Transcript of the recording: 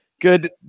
good